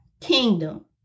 kingdom